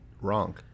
Wrong